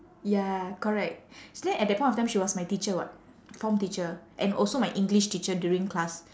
ya correct so then at that point of time she was my teacher [what] form teacher and also my english teacher during class